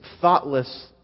thoughtless